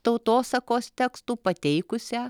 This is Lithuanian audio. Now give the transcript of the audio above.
tautosakos tekstų pateikusią